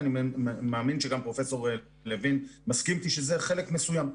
אני מאמין שגם פרופ' לוין מסכים איתי שזה חלק מסוים.